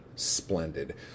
splendid